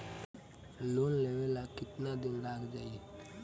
Loan लेबे ला कितना दिन लाग जाई?